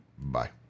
Bye